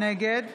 נגד